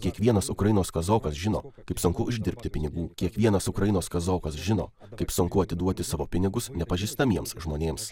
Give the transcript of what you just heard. kiekvienas ukrainos kazokas žino kaip sunku uždirbti pinigų kiekvienas ukrainos kazokas žino kaip sunku atiduoti savo pinigus nepažįstamiems žmonėms